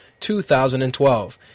2012